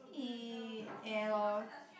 eat air loh